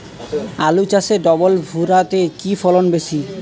আলু চাষে ডবল ভুরা তে কি ফলন বেশি?